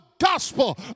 gospel